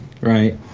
right